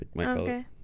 Okay